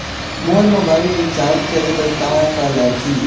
मोर mobile ला recharge करे बर का का लगही?